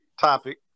topic